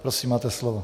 Prosím, máte slovo.